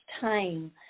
time